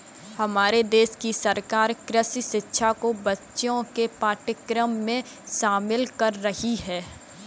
हमारे देश की सरकार कृषि शिक्षा को बच्चों के पाठ्यक्रम में शामिल कर रही है